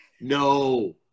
No